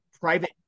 private